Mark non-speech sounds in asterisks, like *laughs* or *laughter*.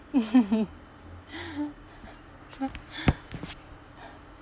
*laughs*